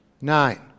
nine